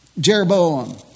Jeroboam